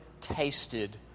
tasted